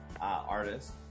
artist